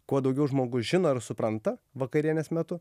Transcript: kuo daugiau žmogus žino ar supranta vakarienės metu